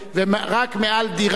ורק על דירה שהיא,